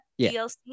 DLC